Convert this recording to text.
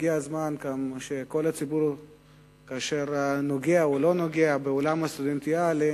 שהגיע הזמן שגם כל הציבור שנוגע או לא נוגע בעולם הסטודנטיאלי,